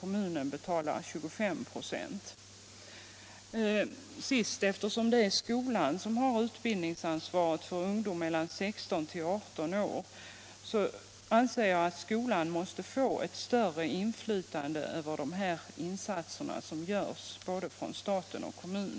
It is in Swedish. Kommunen betalar 25 96. Till sist — eftersom det är skolan som har utbildningsansvaret för ungdom mellan 16 och 18 år — anser jag att skolan måste få större inflytande över de insatser som görs av både stat och kommun.